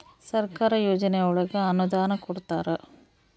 ಸರ್ಕಾರ ಯೋಜನೆ ಒಳಗ ಅನುದಾನ ಕೊಡ್ತಾರ